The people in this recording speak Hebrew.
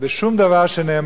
אתה יודע,